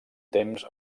temps